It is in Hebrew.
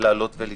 לעלות ולגדול?